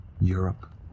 europe